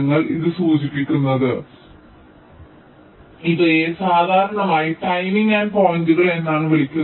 അതിനാൽ ഇത് സൂചിപ്പിക്കുന്നത് ഇവയെ സാധാരണയായി ടൈമിംഗ് എൻഡ് പോയിന്റുകൾ എന്നാണ് വിളിക്കുന്നത്